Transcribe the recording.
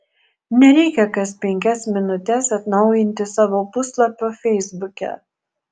nereikia kas penkias minutes atnaujinti savo puslapio feisbuke